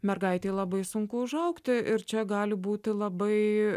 mergaitei labai sunku užaugti ir čia gali būti labai